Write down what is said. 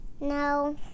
no